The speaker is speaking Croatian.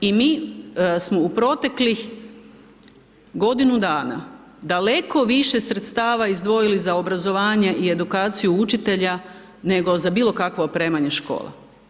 I mi smo u proteklih godinu dana daleko više sredstava izdvojili za obrazovanje i edukaciju učitelja nego za bilokakvo opremanje škole.